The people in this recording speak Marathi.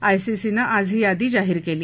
आयसीसीनं आज ही यादी जाहीर केली